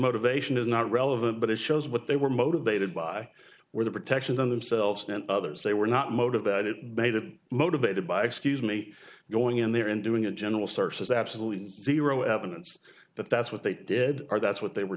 motivation is not relevant but it shows what they were motivated by where the protection themselves and others they were not motivated made and motivated by excuse me going in there and doing a general search has absolutely zero evidence that that's what they did or that's what they were